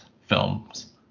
films